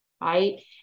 right